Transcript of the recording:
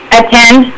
attend